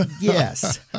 yes